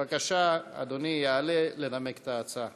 בבקשה, אדוני יעלה לנמק את ההצעה.